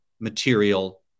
material